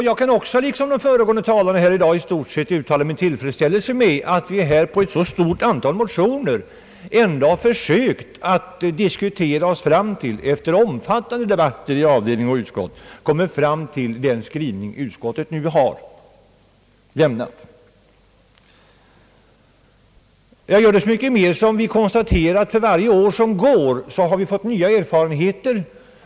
Jag kan också, liksom de föregående talarna här har gjort, i stort sett uttala min tillfredsställelse med att vi på ett så stort antal motioner ändå har försökt diskutera oss fram och efter omfattande debatter i utskottets avdelning kommit fram till den skrivning som utskottet nu har avgivit. Jag gör det så mycket mer som vi konstaterar att vi för varje år som gått har fått nya erfarenheter.